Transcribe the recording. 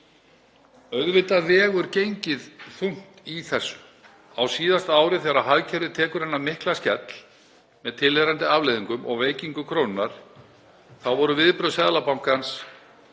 Auðvitað vegur gengið þungt í þessu. Á síðasta ári þegar hagkerfið tók þennan mikla skell með tilheyrandi afleiðingum og veikingu krónunnar voru viðbrögð Seðlabankans